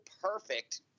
perfect